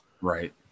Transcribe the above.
Right